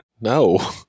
no